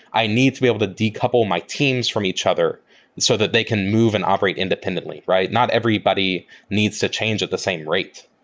i need to be able to decouple my teams from each other so that they can move and operate independently, right? not everybody needs to change at the same rate.